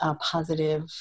positive